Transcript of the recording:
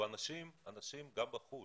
אנשים, גם בחו"ל,